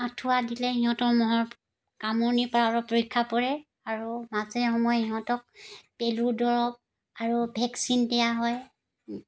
আঁঠুৱা দিলে সিহঁতৰ মহৰ কামুৰণিৰ পৰা অলপ ৰক্ষা পৰে আৰু মাজে সময়ৰ ইহঁতক পেলুৰ দৰৱ আৰু ভেকচিন দিয়া হয়